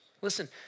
Listen